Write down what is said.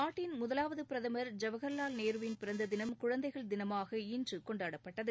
நாட்டின் முதலாவது பிரதமர் ஜவஹர்லால் நேருவின் பிறந்த தினம் குழந்தைகள் தினமாக இன்று கொண்டாடப்பட்டது